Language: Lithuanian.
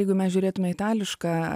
jeigu mes žiūrėtume itališką